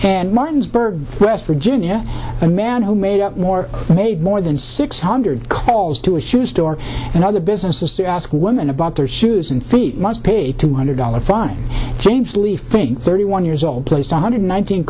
and martin's berg west virginia a man who made up more made more than six hundred calls to a huge store and other businesses to ask women about their shoes and feet must pay two hundred dollars fine dreams leafing thirty one years old placed on hundred nineteen